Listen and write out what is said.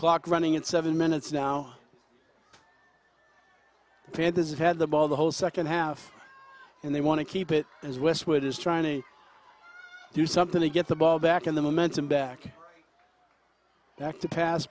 clock running in seven minutes now and this is had the ball the whole second half and they want to keep it as westwood is trying to do something to get the ball back and the momentum back back to pass